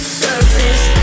surface